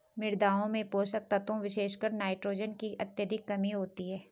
मृदाओं में पोषक तत्वों विशेषकर नाइट्रोजन की अत्यधिक कमी होती है